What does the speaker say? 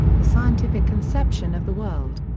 the scientific conception of the world.